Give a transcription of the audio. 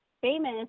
famous